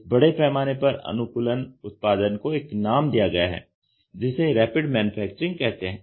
इस बड़े पैमाने पर अनुकूलन उत्पादन को एक नाम दिया गया है जिसे रैपिड मैन्युफैक्चरिंग कहते हैं